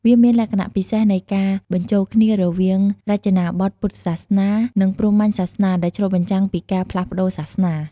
វាមានលក្ខណៈពិសេសនៃការបញ្ចូលគ្នារវាងរចនាបថពុទ្ធសាសនា និងព្រហ្មញ្ញសាសនា ដែលឆ្លុះបញ្ចាំងពីការផ្លាស់ប្តូរសាសនា។